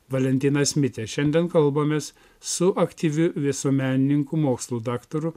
valentinas mitė šiandien kalbamės su aktyviu visuomenininku mokslų daktaru